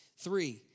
Three